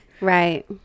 Right